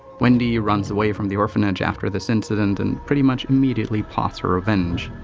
wendy runs away from the orphanage after this incident, and pretty much immediately plots her revenge.